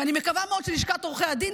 ואני מקווה מאוד שלשכת עורכי הדין